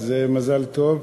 אז מזל טוב.